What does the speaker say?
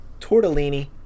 tortellini